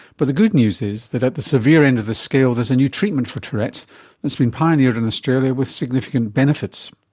but the good news is that at the severe end of the scale there's a new treatment for tourette's that's been pioneered in australia with significant benefits.